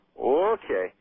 okay